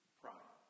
pride